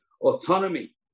autonomy